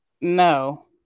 no